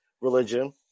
religion